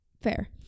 Fair